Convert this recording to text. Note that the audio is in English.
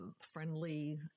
friendly